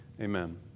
Amen